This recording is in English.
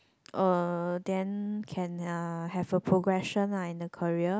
uh then can uh have a progression ah in the career